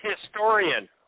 historian